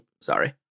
Sorry